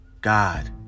God